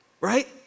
right